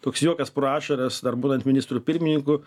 toks juokas pro ašaras dar būnant ministru pirmininku